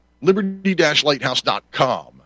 liberty-lighthouse.com